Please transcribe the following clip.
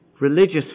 religious